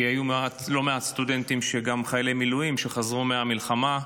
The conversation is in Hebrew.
כי היו לא מעט סטודנטים שהם גם חיילי מילואים שחזרו מהמלחמה,